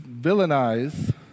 villainize